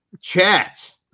Chat